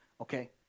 Okay